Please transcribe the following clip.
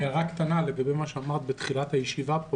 הערה לגבי מה שאמרת בתחילת הישיבה.